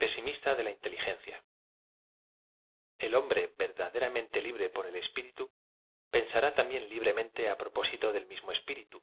pesimista de la inteliffncia el hombre verdaderamente lib re por e l espíritu peuaará también librem ente á propósito dei mismo eapiritu